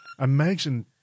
Imagine